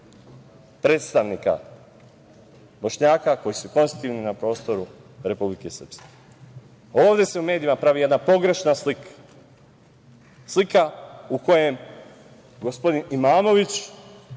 predstavnika Bošnjaka koji su konstitutivni na prostoru Republike Srpske. Ovde se u medijima pravi jedna pogrešna slika, slika u kojem gospodin Imamović,